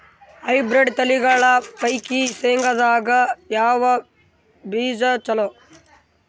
Hybrid ತಳಿಗಳ ಪೈಕಿ ಶೇಂಗದಾಗ ಯಾವ ಬೀಜ ಚಲೋ?